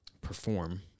perform